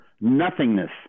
nothingness